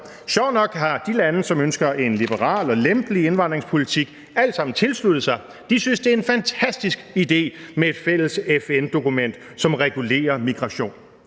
Sjovt nok har de lande, som ønsker en liberal og lempelig indvandringspolitik, alle sammen tilsluttet sig, for de synes, det er en fantastisk idé med et fælles FN-dokument, som regulerer migration.